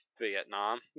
Vietnam